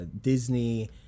Disney